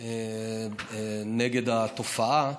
נגד התופעה.